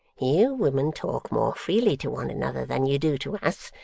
you women talk more freely to one another than you do to us,